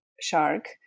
shark